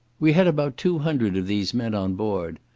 we had about two hundred of these men on board,